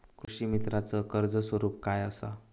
कृषीमित्राच कर्ज स्वरूप काय असा?